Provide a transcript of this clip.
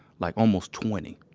like almost twenty,